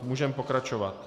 Můžeme pokračovat.